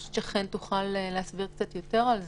אני חושבת שחן תוכל להסביר על זה קצת יותר מזה.